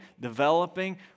developing